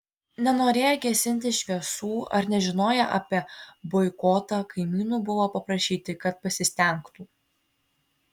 nenorėję gesinti šviesų ar nežinoję apie boikotą kaimynų buvo paprašyti kad pasistengtų